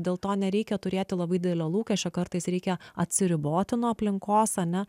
dėl to nereikia turėti labai didelio lūkesčio kartais reikia atsiriboti nuo aplinkos ane